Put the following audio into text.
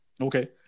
Okay